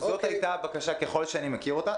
זאת היתה הבקשה, ככל שאני מכיר אותה.